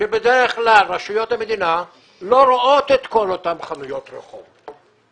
שבדרך כלל רשויות המדינה לא רואות את כל אותן חנויות רחוב.